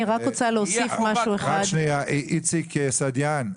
איציק סעידיאן,